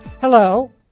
Hello